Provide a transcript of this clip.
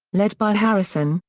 led by harrison,